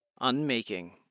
Unmaking